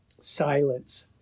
silence